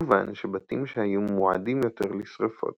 מובן שבתים שהיו מועדים יותר לשריפות,